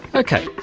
okay,